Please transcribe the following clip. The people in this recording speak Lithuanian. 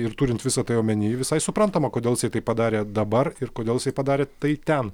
ir turint visą tai omeny visai suprantama kodėl jisai tai padarė dabar ir kodėl jisai padarė tai ten